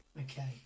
Okay